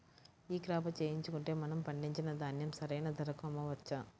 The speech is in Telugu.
ఈ క్రాప చేయించుకుంటే మనము పండించిన ధాన్యం సరైన ధరకు అమ్మవచ్చా?